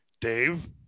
dave